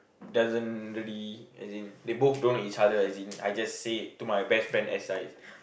doesn't really as in they both don't know each other as in I just say it to my best friend as I